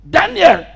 Daniel